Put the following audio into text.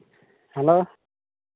hello